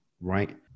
right